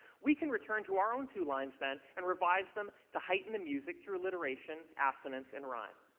we can return to our own two lines then and revise them to heighten the music through alliteration, assonance and rhyme.